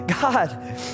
God